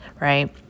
right